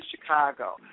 Chicago